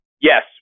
Yes